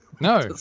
No